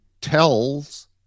tells